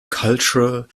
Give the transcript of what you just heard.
cultural